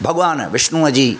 भॻिवान विष्णूअ जी